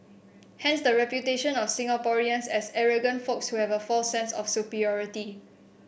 hence the reputation of Singaporeans as arrogant folks who have a false sense of superiority